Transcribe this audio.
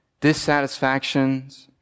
dissatisfactions